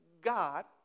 God